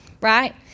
Right